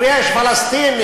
יש פלסטין,